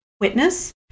witness